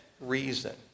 reason